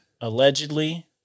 allegedly